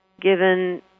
given